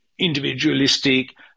individualistic